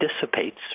dissipates